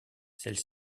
celle